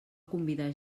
convidar